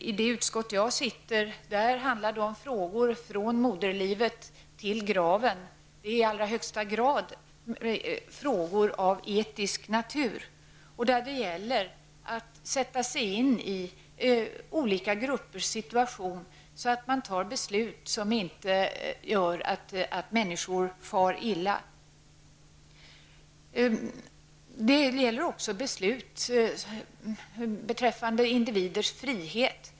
I det utskott som jag är ledamot av behandlas frågor som rör människor från moderlivet till graven. Detta är i allra högsta grad frågor av etisk natur. Det gäller då att sätta sig in i olika gruppers situation så att man inte fattar beslut som medför att människor far illa. I detta utskott fattas också beslut som inverkar på individens frihet.